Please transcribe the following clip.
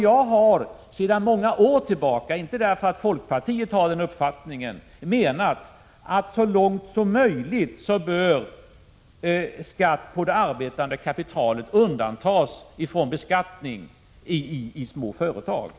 Jag har sedan många år tillbaka — inte därför att folkpartiet har den uppfattningen — menat att små företag så långt som möjligt bör undantas från regeln om skatt på det arbetande kapitalet.